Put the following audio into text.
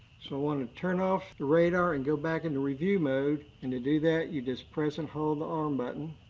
so i want to turn off the radar and go back into review mode. and to do that, you just press and hold the arm button.